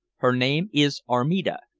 her name is armida,